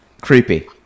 Creepy